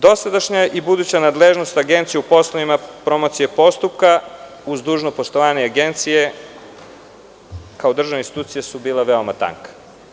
Dosadašnja i buduća nadležnost Agencije u poslovima promocije postupka, uz dužno poštovanje Agencije kao državne institucije bila je veoma tanka.